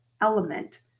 element